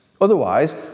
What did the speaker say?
Otherwise